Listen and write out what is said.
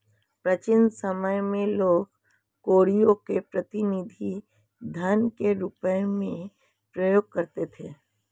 प्राचीन समय में लोग कौड़ियों को प्रतिनिधि धन के रूप में प्रयोग करते थे